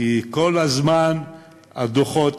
כי כל הזמן הדוחות